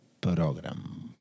program